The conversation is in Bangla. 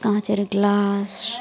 কাঁচের গ্লাস